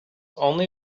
only